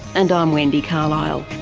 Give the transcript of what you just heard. and i'm wendy carlisle